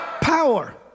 Power